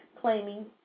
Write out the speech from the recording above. claiming